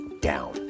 down